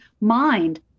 mind